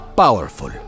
Powerful